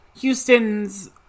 Houston's